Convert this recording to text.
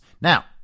Now